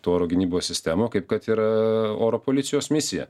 tų oro gynybos sistemų kaip kad yra oro policijos misija